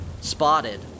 Spotted